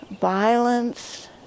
violence